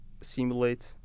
simulate